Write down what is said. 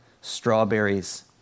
strawberries